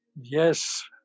yes